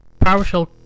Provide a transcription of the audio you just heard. PowerShell